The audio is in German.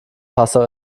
passau